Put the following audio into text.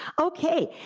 okay,